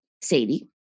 Sadie